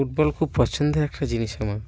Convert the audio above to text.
football খুব পছন্দের একটা জিনিস আমার